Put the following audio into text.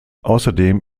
außerdem